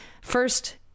first